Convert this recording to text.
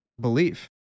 belief